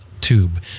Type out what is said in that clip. tube